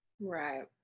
right